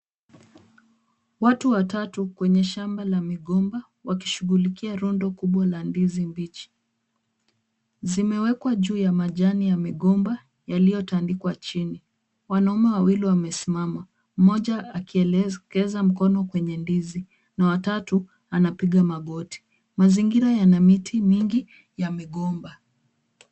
Watu watatu kwenye shamba la migomba wakishughulikia rundo kubwa la ndizi mbichi. Zimewekwa juu ya majani ya migomba yaliyotandikwa chini. Wanaume wawili wamesimama mmoja akielekeza mkono kwenye ndizi na wa tatu anapiga magoti. Mazingira yana miti mingi ya migomba.